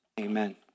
amen